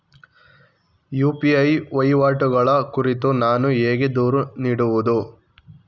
UPI ವಹಿವಾಟುಗಳ ಕುರಿತು ನಾನು ಹೇಗೆ ದೂರು ನೀಡುವುದು?